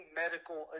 medical